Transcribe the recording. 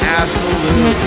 absolute